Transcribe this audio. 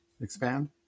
expand